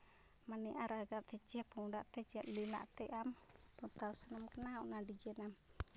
ᱢᱟᱱᱮ ᱟᱨᱟᱜᱟᱜ ᱛᱮ ᱪᱮ ᱯᱩᱸᱰᱟᱜ ᱛᱮ ᱪᱮᱫ ᱞᱤᱥᱞᱟᱜ ᱛᱮ ᱟᱢ ᱯᱚᱛᱟᱣ ᱥᱟᱱᱟᱢ ᱠᱟᱱᱟ ᱚᱱᱟ ᱰᱤᱡᱟᱭᱤᱱᱮᱢ